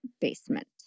basement